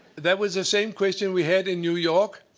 that was the same question we had in new york.